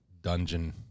dungeon